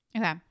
Okay